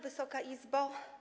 Wysoka Izbo!